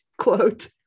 quote